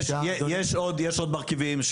עוד מרכיבים,